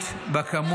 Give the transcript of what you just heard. מה?